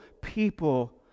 people